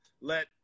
let